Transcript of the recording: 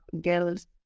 girls